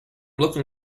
looking